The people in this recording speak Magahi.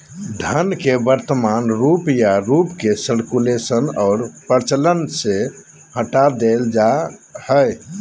धन के वर्तमान रूप या रूप के सर्कुलेशन और प्रचलन से हटा देल जा हइ